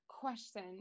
question